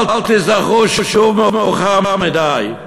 אל תיזכרו שוב מאוחר מדי.